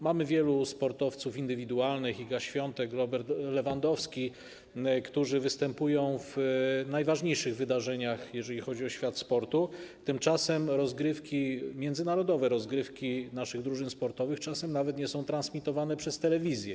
Mamy wielu sportowców indywidualnych, takich jak Iga Świątek czy Robert Lewandowski, którzy występują w najważniejszych wydarzeniach, jeżeli chodzi o świat sportu, tymczasem międzynarodowe rozgrywki naszych drużyn sportowych czasem nawet nie są transmitowane przez telewizję.